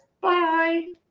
bye